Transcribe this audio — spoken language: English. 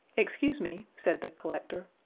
excuse me, said the collector,